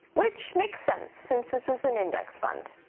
which makes sense since this is an index fund.